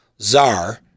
czar